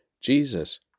Jesus